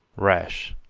rash,